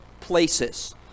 places